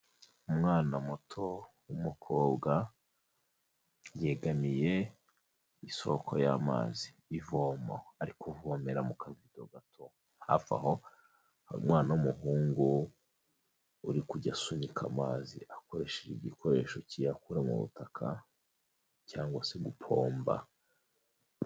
Umwana muto w'umukobwa yegamiye isoko y'amazi y'ivomo ari kuvomera mu kavido gato hafi aho hari umwana n'umuhungu uri kujya asunika amazi akoresheje igikoresho kiyakura mu butaka cyangwa se gupomba.